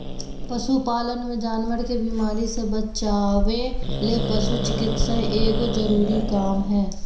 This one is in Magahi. पशु पालन मे जानवर के बीमारी से बचावय ले पशु चिकित्सा एगो जरूरी काम हय